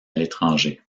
l’étranger